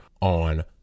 on